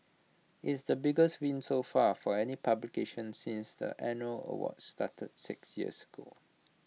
is the biggest win so far for any publication since the annual awards started six years ago